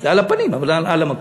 זה על הפנים, אבל על המקום.